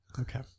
Okay